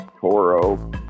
Toro